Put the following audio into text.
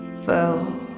fell